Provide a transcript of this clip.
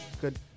good